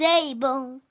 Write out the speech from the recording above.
Table